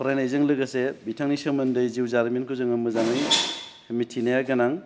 फरायनायजों लोगोसे बिथांनि सोमोन्दै जिउ जारिमिनखौ जोङो मोजाङै मिथिनाया गोनां